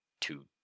two